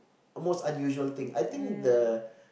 most unusual thing I think the